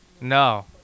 No